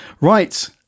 right